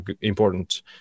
important